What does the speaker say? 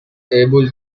able